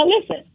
listen